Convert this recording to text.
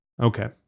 Okay